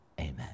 Amen